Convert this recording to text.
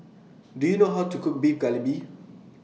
Do YOU know How to Cook Beef Galbi